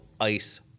ice